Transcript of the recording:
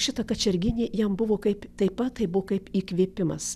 šita kačerginė jam buvo kaip taip pat tai buvo kaip įkvėpimas